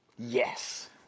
Yes